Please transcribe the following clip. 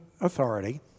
authority